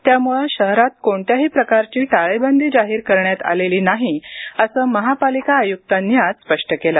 त्यामुळे शहरात कोणत्याही प्रकारची टाळेबंदी जाहीर करण्यात आलेली नाही असं महापालिका आयुक्त विक्रम कुमार यांनी आज स्पष्ट केलं